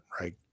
right